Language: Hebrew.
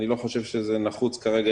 אני לא חושב שזה נחוץ כרגע,